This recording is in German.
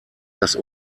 das